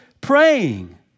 praying